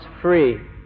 free